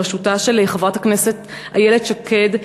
בראשותה של חברת הכנסת איילת שקד,